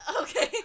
Okay